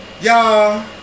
Y'all